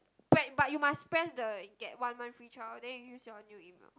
back but you must press the get one month free trial then you use your new email